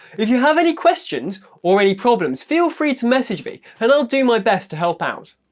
if you have any questions or any problems feel free to message me and i'll do my best to help out.